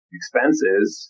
expenses